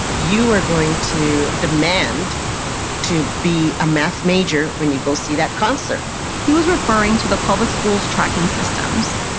you are going to demand to be a math major when you go see that counselor he was referring to the public school's tracking systems.